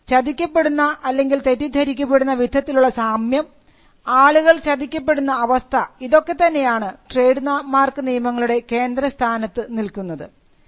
ചതി ചതിക്കപ്പെടുന്ന അല്ലെങ്കിൽ തെറ്റിദ്ധരിക്കപ്പെടുന്ന വിധത്തിലുള്ള സാമ്യം ആളുകൾ ചതിക്കപ്പെടുന്ന അവസ്ഥ ഇതൊക്കെ തന്നെയാണ് ട്രേഡ് മാർക്ക് നിയമങ്ങളുടെ കേന്ദ്ര സ്ഥാനത്ത് നിൽക്കുന്നത്